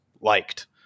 liked